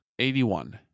81